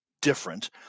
different